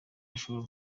ashobora